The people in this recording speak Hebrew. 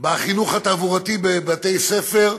בחינוך התעבורתי בבתי ספר,